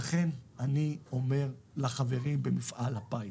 לכן אני אומר לחברים במפעל הפיס: